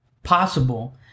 possible